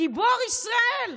גיבור ישראל,